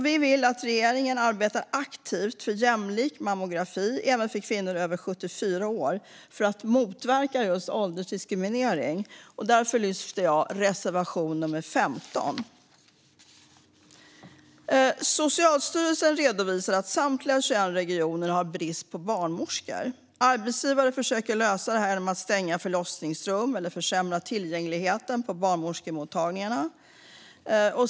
Vi vill att regeringen arbetar aktivt för jämlik mammografi, även för kvinnor över 74 år för att motverka just åldersdiskriminering. Därför lyfter jag reservation nummer 15. Socialstyrelsen redovisar att samtliga 21 regioner har brist på barnmorskor. Arbetsgivare försöker lösa detta genom att stänga förlossningsrum eller försämra tillgängligheten på barnmorskemottagningarna.